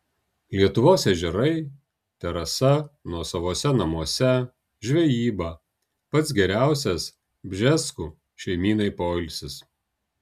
lietuvos ežerai terasa nuosavuose namuose žvejyba pats geriausias bžeskų šeimynai poilsis